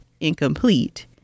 incomplete